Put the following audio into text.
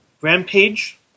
Rampage